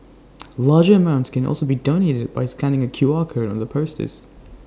larger amounts can also be donated by scanning A Q R code on the posters